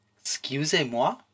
Excusez-moi